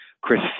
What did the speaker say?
Chris